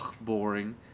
boring